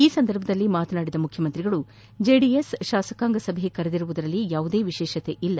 ಈ ಸಂದರ್ಭದಲ್ಲಿ ಮಾತನಾಡಿದ ಮುಖ್ಯಮಂತ್ರಿಗಳು ಜೆಡಿಎಸ್ ಶಾಸಕಾಂಗ ಸಭೆ ಕರೆದಿರುವುದರಲ್ಲಿ ಯಾವುದೇ ವಿಶೇಷತೆಯಿಲ್ಲ